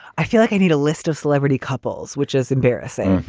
i feel like i need a list of celebrity couples. which is embarrassing.